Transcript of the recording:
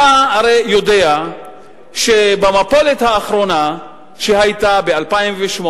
אתה הרי יודע שבמפולת האחרונה שהיתה ב-2008,